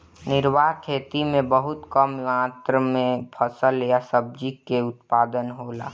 निर्वाह खेती में बहुत कम मात्र में फसल या सब्जी कअ उत्पादन होला